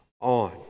on